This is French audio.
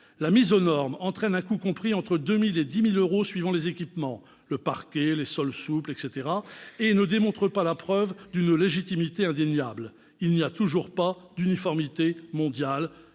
La mise aux normes entraîne un coût compris entre 2 000 et 10 000 euros suivant les équipements- parquet, sol souple, etc. -et n'apporte pas la preuve d'une légitimité indéniable : il n'y a toujours pas d'uniformité mondiale-